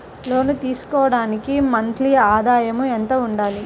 లోను తీసుకోవడానికి మంత్లీ ఆదాయము ఎంత ఉండాలి?